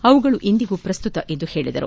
ಅವುಗಳು ಇಂದಿಗೂ ಪ್ರಸ್ತುತ ಎಂದು ಹೇಳಿದರು